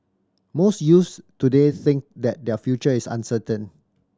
most youths today think that their future is uncertain